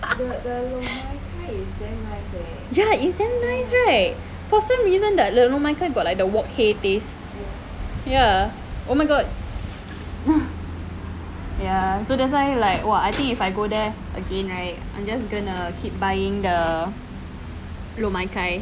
ya it's damn nice right for some reason that lor mai kai got the like the wok !hey! taste ya oh my god ya so that's why like !wah! I think if I go there again right I'm just gonna keep buying the lor mai kai